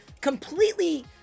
completely